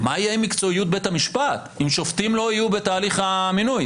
מה יהיה עם מקצועיות בית המשפט אם שופטים לא יהיו בתהליך המינוי?